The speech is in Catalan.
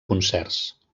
concerts